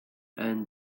and